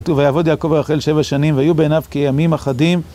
כתוב ויעבוד יעקב ברחל שבע שנים, והיו בעיניו כימים אחדים.